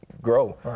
Grow